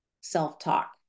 self-talk